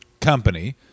company